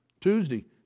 Tuesday